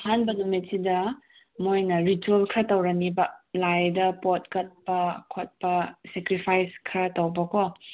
ꯑꯍꯥꯟꯕ ꯅꯨꯃꯤꯠꯁꯤꯗ ꯃꯣꯏꯅ ꯔꯤꯆ꯭ꯋꯦꯜ ꯈꯔ ꯇꯧꯔꯅꯦꯕ ꯂꯥꯏꯗ ꯄꯣꯠ ꯀꯠꯄ ꯈꯣꯠꯄ ꯁꯦꯀ꯭ꯔꯤꯐꯥꯏꯁ ꯈꯔ ꯇꯧꯕꯀꯣ